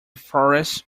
forest